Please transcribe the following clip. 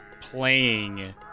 playing